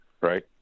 Right